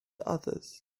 others